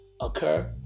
occur